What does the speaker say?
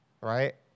right